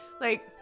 like-